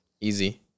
Easy